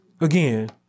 Again